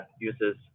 uses